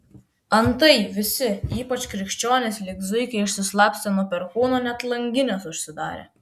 antai visi ypač krikščionys lyg zuikiai išsislapstė nuo perkūno net langines užsidarė